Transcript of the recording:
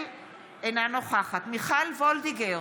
אינה נוכחת מיכל וולדיגר,